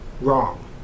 wrong